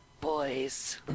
boys